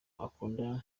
akunda